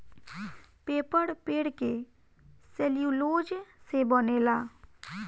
paper पेड़ के cellulose से बनेला